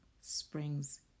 springs